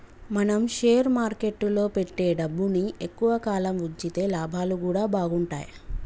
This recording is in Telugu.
మనం షేర్ మార్కెట్టులో పెట్టే డబ్బుని ఎక్కువ కాలం వుంచితే లాభాలు గూడా బాగుంటయ్